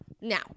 Now